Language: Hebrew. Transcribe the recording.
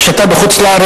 כשאתה בחו"ל,